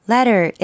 Letter